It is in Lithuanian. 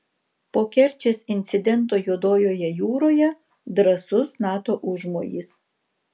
po kerčės incidento juodojoje jūroje drąsus nato užmojis